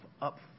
up